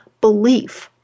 belief